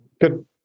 good